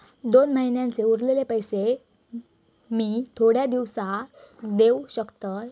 दोन महिन्यांचे उरलेले पैशे मी थोड्या दिवसा देव शकतय?